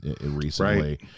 recently